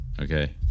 Okay